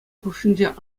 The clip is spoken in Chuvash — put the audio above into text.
хушшинче